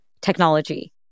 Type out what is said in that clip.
technology